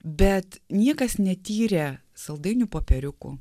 bet niekas netyrė saldainių popieriukų